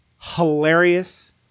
hilarious